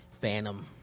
Phantom